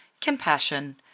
compassion